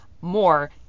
more